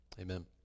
amen